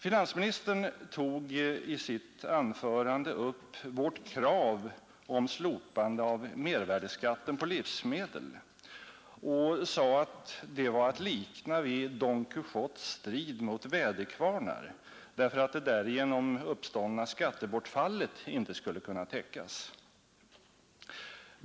Finansministern tog i sitt anförande upp vårt krav om slopande av mervärdeskatten på livsmedel och sade att det var att likna vid Don Quijotes strid mot väderkvarnar, därför att det därigenom uppkomna skattebortfallet inte skulle kunna täckas.